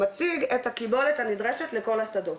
מציג את הקיבולת הנדרשת לכל השדות,